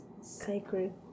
sacred